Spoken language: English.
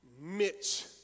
Mitch